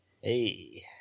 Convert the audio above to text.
Hey